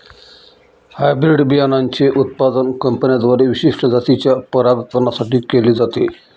hybrid बियाणांचे उत्पादन कंपन्यांद्वारे विशिष्ट जातीच्या परागकणां साठी केले जाते